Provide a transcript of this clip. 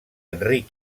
enric